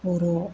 बर'